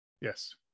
Yes